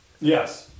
yes